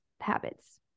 habits